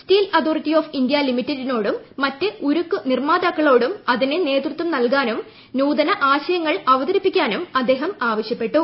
steel authority of India ലിമിറ്റഡിനോടും മറ്റ് ഉരുക്കു നിർമാ താക്കളോടും അതിന് നേതൃത്വം നൽകാനും നൂതന ആശയങ്ങൾ അവതരിപ്പിക്കാനും അദ്ദേഹം ആവശ്യപ്പെട്ടു